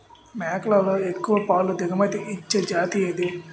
మేకలలో ఎక్కువ పాల దిగుమతి ఇచ్చే జతి ఏది?